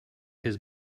his